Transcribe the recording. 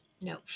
no